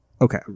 Okay